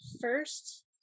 first